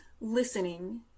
listening